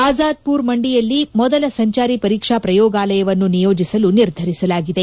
ಅಜಾದ್ಮರ್ಮಂಡಿಯಲ್ಲಿ ಮೊದಲ ಸಂಚಾರಿ ಪರೀಕ್ಷಾ ಪ್ರಯೋಗಾಲಯವನ್ನು ನಿಯೋಜಿಸಲು ನಿರ್ಧರಿಸಲಾಗಿದೆ